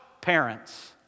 parents